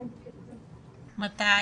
מתי?